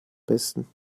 besten